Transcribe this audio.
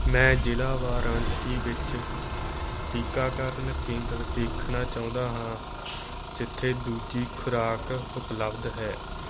ਮੈਂ ਜ਼ਿਲ੍ਹਾ ਵਾਰਾਣਸੀ ਵਿੱਚ ਟੀਕਾਕਰਨ ਕੇਂਦਰ ਦੇਖਣਾ ਚਾਹੁੰਦਾ ਹਾਂ ਜਿੱਥੇ ਦੂਜੀ ਖੁਰਾਕ ਉਪਲਬਧ ਹੈ